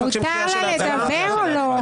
מותר לה לדבר או לא?